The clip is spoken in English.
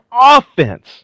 offense